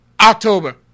October